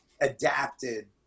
adapted